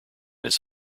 his